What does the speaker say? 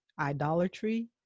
idolatry